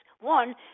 One